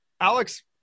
Alex